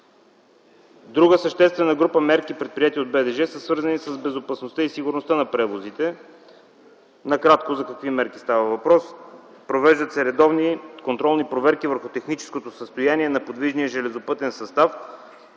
Друга съществена група мерки, предприети от БДЖ, са свързани с безопасността и сигурността на превозите. Накратко, става въпрос за следните мерки: провеждат се редовни контролни проверки върху техническото състояние на подвижния железопътен състав,